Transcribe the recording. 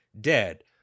dead